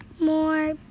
more